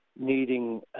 needing